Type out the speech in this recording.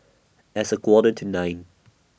as A Quarter to nine